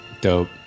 Dope